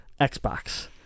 Xbox